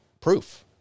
proof